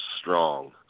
strong